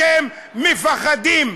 אתם מפחדים,